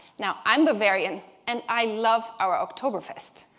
now, i'm bavarian and i love our oktoberfest,